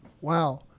Wow